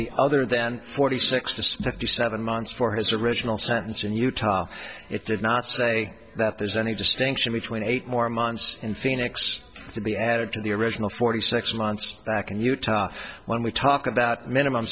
be other than forty six to fifty seven months for his original sentence in utah it did not say that there's any distinction between eight more months in phoenix to be added to the original forty six months back in utah when we talk about minimum